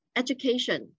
education